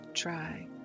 try